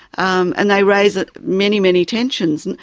um and they raise ah many, many tensions, and